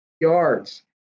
yards